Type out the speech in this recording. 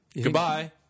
Goodbye